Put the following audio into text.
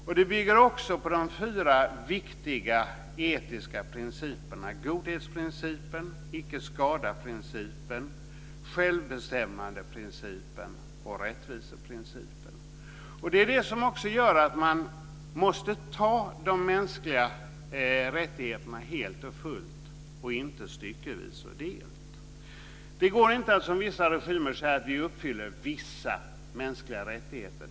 De bygger också på de fyra viktiga etiska principerna godhetsprincipen, icke-skadaprincipen, självbestämmandeprincipen och rättviseprincipen. Det är det som också gör att man måste ta de mänskliga rättigheterna helt och fullt, och inte styckevis och delt. Det går inte att som vissa regimer säga att man uppfyller vissa mänskliga rättigheter.